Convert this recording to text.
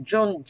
John